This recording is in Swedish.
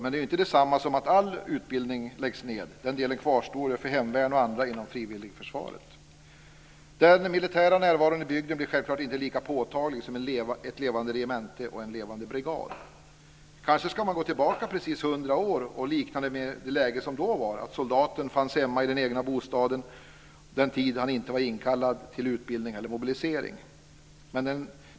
Men det är ju inte detsamma som att all utbildning läggs ned. Den delen kvarstår ju för hemvärn och andra inom frivilligförsvaret. Den militära närvaron i bygden blir självklart inte lika påtaglig som med ett levande regemente och en levande brigad. Kanske ska man gå tillbaka precis 100 år och likna det vid det läge som då rådde, att soldaten fanns hemma i den egna bostaden den tid han inte var inkallad till utbildning eller mobilisering.